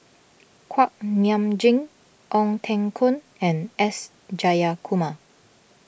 Kuak Nam Jin Ong Teng Koon and S Jayakumar